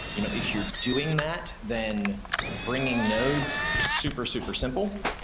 you know if you're doing that, then bringing nodes is super, super simple,